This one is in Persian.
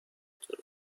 دروغه